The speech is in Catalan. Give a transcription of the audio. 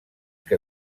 que